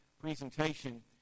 presentation